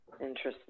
interesting